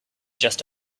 just